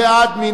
מי נגד?